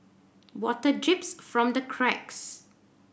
water drips from the cracks